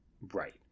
Right